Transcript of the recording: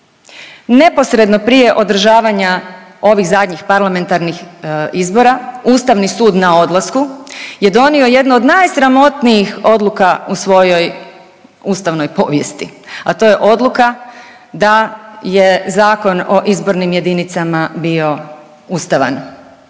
Neposredno prije održavanja ovih zadnjih parlamentarnih izbora, Ustavni sud na odlasku je donio jednu od najsramotnijih odluka u svojoj ustavnoj povijesti, a to je odluka da je Zakon o izbornim jedinicama bio ustavan.